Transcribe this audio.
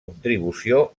contribució